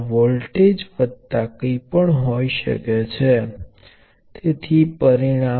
તેથી લાક્ષણિકતા આના જેવી લાગે છે મૂળ માંથી પસાર થતી આવી ઉભી રેખા